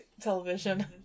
television